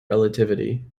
relativity